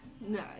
No